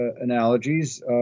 analogies